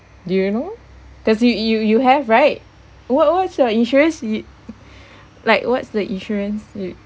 do you know does it you you have right what what's your insurance yo~ like what's the insurance